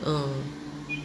uh